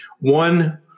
One